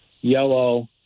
yellow